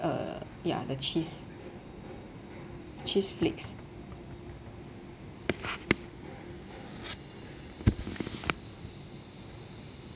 uh ya the cheese cheese flakes